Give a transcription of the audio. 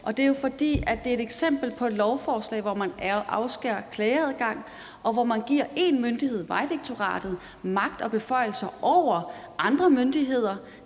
det er et eksempel på et lovforslag, hvor man afskærer klageadgang, og hvor man giver én myndighed, Vejdirektoratet, magt og beføjelser over andre myndigheder